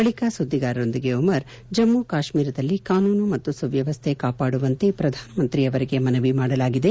ಬಳಿಕ ಸುದ್ದಿಗಾರರೊಂದಿಗೆ ಉಮರ್ ಜಮ್ಮ ಕಾಶ್ಮೀರದಲ್ಲಿ ಕಾನೂನು ಮತ್ತು ಸುವ್ಯವಸ್ಥೆ ಕಾಪಾಡುವಂತೆ ಪ್ರಧಾನಮಂತ್ರಿ ಅವರಿಗೆ ಮನವಿ ಮಾಡಲಾಗಿದೆ